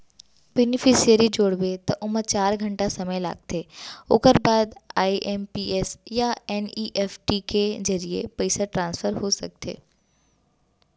beneficiary जोड़बे त ओमा चार घंटा समे लागथे ओकर बाद आइ.एम.पी.एस या एन.इ.एफ.टी के जरिए पइसा ट्रांसफर हो सकथे